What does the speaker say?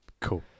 cool